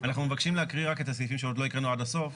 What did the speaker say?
אנחנו מבקשים להקריא רק את הסעיפים שעוד לא הקראנו עד הסוף,